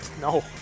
No